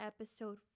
episode